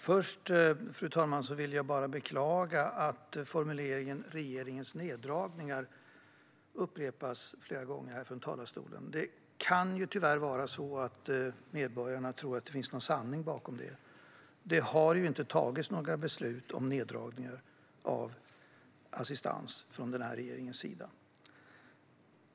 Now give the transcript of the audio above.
Fru talman! Först vill jag bara beklaga att formuleringen "regeringens neddragningar" upprepas flera gånger här från talarstolen. Det kan tyvärr vara så att medborgarna tror att det finns någon sanning bakom det. Det har inte fattats några beslut om neddragningar av assistans från regeringens sida.